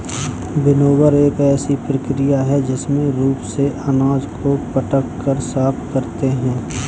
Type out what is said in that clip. winnower एक ऐसी प्रक्रिया है जिसमें रूप से अनाज को पटक कर साफ करते हैं